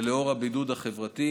ולנוכח הבידוד החברתי.